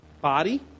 body